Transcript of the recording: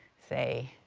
say,